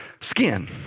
Skin